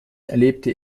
erlebte